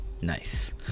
Nice